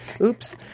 Oops